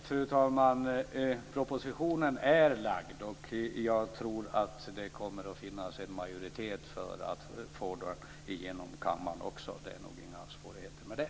Fru talman! Propositionen är framlagd. Jag tror att det kommer att finnas en majoritet för att få den genom kammaren. Det är nog inga svårigheter med det.